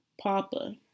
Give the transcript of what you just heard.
papa